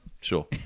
Sure